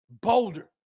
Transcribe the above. Boulder